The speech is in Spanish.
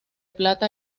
plata